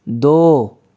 दो